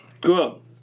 Cool